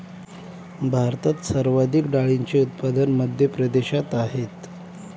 भारतात सर्वाधिक डाळींचे उत्पादन मध्य प्रदेशात आहेत